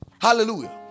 Hallelujah